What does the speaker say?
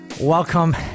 Welcome